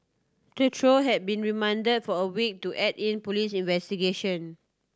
the trio have been remand for a week to aid in police investigation